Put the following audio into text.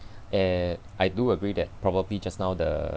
uh I do agree that probably just now the